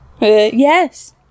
Yes